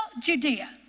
Judea